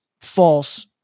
false